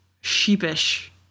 sheepish